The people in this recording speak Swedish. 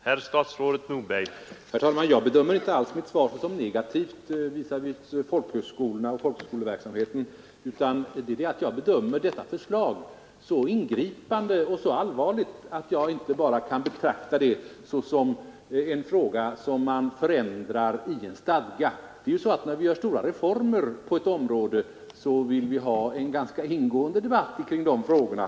Herr talman! Jag bedömer inte alls mitt svar som negativt visavi folkhögskolorna och folkhögskoleverksamheten, utan jag bedömer detta förslag som så ingripande och så allvarligt att jag inte bara kan betrakta det här som någonting som man förändrar i en stadga. Innan vi genomför stora reformer på ett område vill vi ha en ganska ingående debatt om förändringarna.